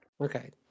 Okay